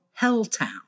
Helltown